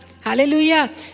Hallelujah